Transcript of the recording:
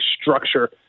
structure